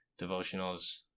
devotionals